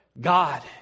God